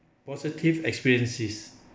positive experiences